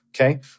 Okay